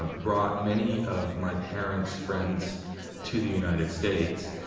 um brought many of my parents' friends to the united states.